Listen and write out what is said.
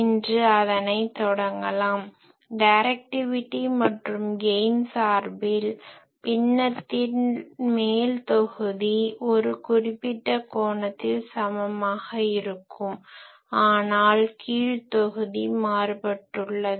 இன்று அதனை தொடங்கலாம் டைரக்டிவிட்டி மற்றும் கெய்ன் சார்பில் பிண்ணத்தின் மேல் தொகுதி ஒரு குறிப்பிட்ட கோணத்தில் சமமாக இருக்கும் ஆனால் கீழ் தொகுதி மாறுபட்டுள்ளது